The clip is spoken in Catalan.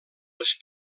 les